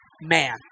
man